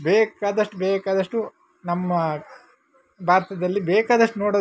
ಬೇಕಾದಷ್ಟು ಬೇಕಾದಷ್ಟು ನಮ್ಮ ಭಾರತದಲ್ಲಿ ಬೇಕಾದಷ್ಟು ನೋಡೋ